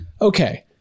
okay